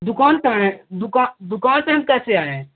दुकान पर आएँ दूका दुकान पर हम कैसे आएँ